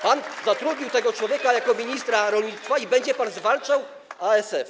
Pan zatrudnił tego człowieka jako ministra rolnictwa i będzie pan zwalczał ASF.